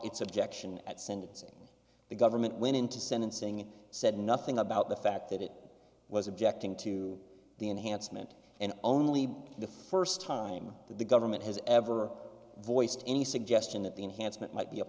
its objection at sentencing the government went into sentencing and said nothing about the fact that it was objecting to the enhancement and only the first time that the government has ever voiced any suggestion that the enhancement might be a